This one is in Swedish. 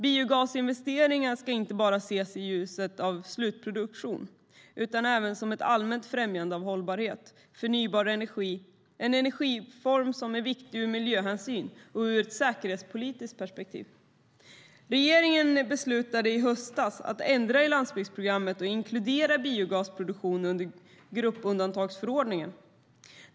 Biogasinvesteringar ska inte bara ses i ljuset av slutproduktionen utan även som ett allmänt främjande av hållbarhet och förnybar energi, en energiform som är viktig av miljöhänsyn och ur ett säkerhetspolitiskt perspektiv. Regeringen beslutade i höstas att ändra i landsbygdsprogrammet och inkludera biogasproduktionen under gruppundantagsförordningen.